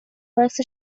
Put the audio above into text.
باعث